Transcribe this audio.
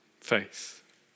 faith